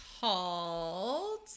called